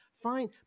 Fine